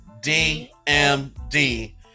DMD